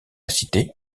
cité